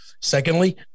Secondly